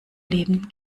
leben